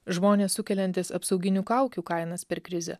žmonės sukeliantys apsauginių kaukių kainas per krizę